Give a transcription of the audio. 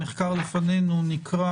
המחקר לפנינו, נקרא.